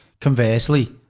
Conversely